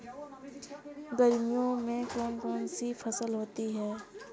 गर्मियों में कौन कौन सी फसल होती है?